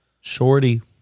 Shorty